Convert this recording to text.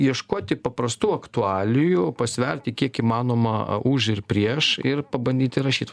ieškoti paprastų aktualijų pasverti kiek įmanoma už ir prieš ir pabandyti rašyt